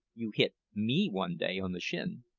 you hit me one day on the shin.